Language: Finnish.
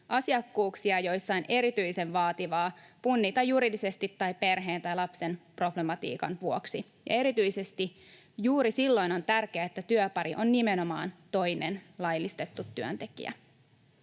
asiakkuuksia, joissa on erityisen vaativaa punnintaa juridisesti tai perheen tai lapsen problematiikan vuoksi. Erityisesti juuri silloin on tärkeää, että työpari on nimenomaan toinen laillistettu työntekijä.